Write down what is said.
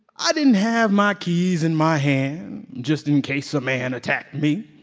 i didn't have my keys in my hand just in case a man attacked me.